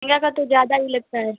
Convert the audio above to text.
लहेंगा का तो ज़्यादा ही लगता है